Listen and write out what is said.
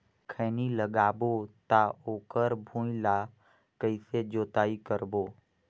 खैनी लगाबो ता ओकर भुईं ला कइसे जोताई करबो?